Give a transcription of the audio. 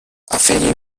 afegiu